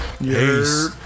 Yes